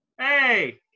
Hey